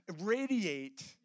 radiate